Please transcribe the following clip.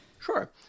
Sure